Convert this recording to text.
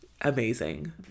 amazing